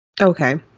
okay